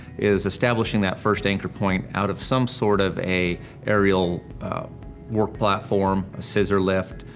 is establishing that first anchor point out of some sort of a aerial work platform, a scissor lift,